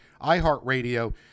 iHeartRadio